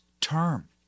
term